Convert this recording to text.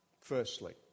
Firstly